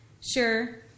Sure